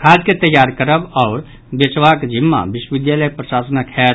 खाद के तैयार करब आओर बेचबाक जिम्मा विश्वविद्यालय प्रशासनक होयत